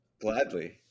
Gladly